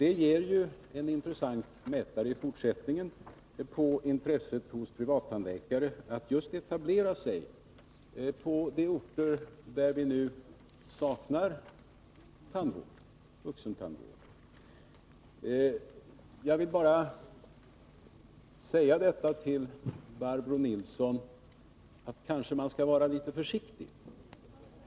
Detta ger ju en intressant mätare i fortsättningen på intresset hos privattandläkare att etablera sig på just de orter där vi nu saknar vuxentandvård. Jag vill bara säga till Barbro Nilsson, att kanske skall man vara litet försiktig.